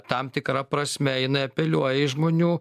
tam tikra prasme jinai apeliuoja į žmonių